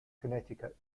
connecticut